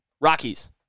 Rockies